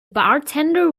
bartender